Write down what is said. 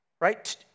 right